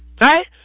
Right